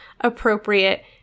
appropriate